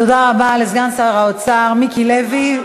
תודה רבה לסגן שר האוצר מיקי לוי.